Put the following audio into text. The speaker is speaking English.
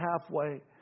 halfway